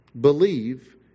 believe